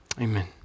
Amen